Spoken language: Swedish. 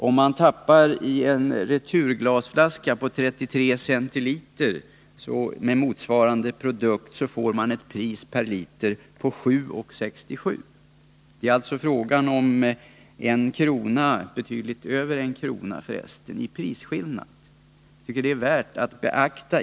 Om man tappar ölet i en returglasflaska på 33 cl får man ett pris per liter på 7:67 kr. Det är alltså fråga om betydligt över 1 kr. i prisskillnad, vilket är värt att beakta.